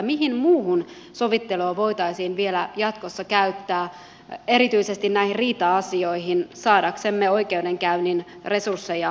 mihin muuhun sovittelua voitaisiin vielä jatkossa käyttää erityisesti näissä riita asioissa jotta oikeudenkäynnin resursseja voitaisiin tehostaa